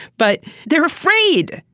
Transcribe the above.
but they're afraid,